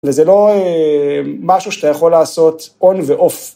וזה לא משהו שאתה יכול לעשות און ואוף.